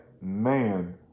man